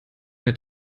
mehr